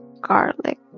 garlic